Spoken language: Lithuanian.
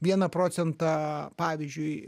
vieną procentą pavyzdžiui